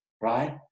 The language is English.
right